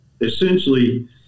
essentially